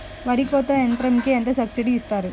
వరి కోత యంత్రంకి ఎంత సబ్సిడీ ఇస్తారు?